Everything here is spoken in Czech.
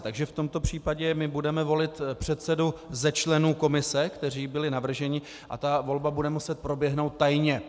Takže v tomto případě budeme volit předsedu ze členů komise, kteří byli navrženi, a ta volba bude muset proběhnout tajně.